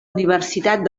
universitat